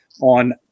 on